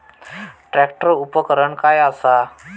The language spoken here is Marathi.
ट्रॅक्टर उपकरण काय असा?